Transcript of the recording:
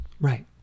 Right